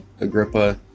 agrippa